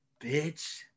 bitch